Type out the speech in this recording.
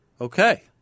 Okay